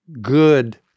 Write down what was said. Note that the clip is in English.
good